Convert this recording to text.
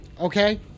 Okay